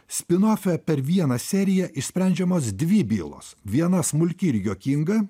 spinofe per vieną seriją išsprendžiamos dvi bylos viena smulki ir juokinga